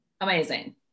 Amazing